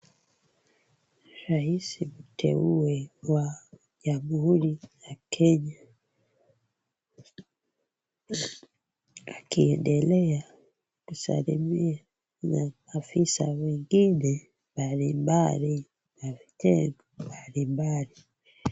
Rais mteule wa jamhuri la Kenya akiendelea kusalimia maafisa wengine mbalimbali wa vitengo mbalimbali.